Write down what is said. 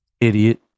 Idiot